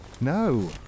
No